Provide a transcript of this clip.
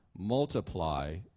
multiply